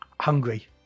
Hungry